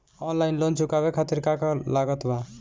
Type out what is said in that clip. Online loan चुकावे खातिर का का लागत बा?